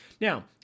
Now